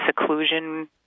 seclusion